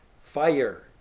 fire